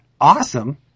awesome